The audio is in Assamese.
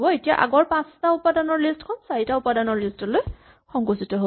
এতিয়া আগৰ পাঁচটা উপাদানৰ লিষ্ট খন চাৰিটা উপাদানৰ লিষ্ট লৈ সংকুচিত হ'ল